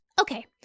Okay